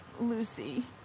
Lucy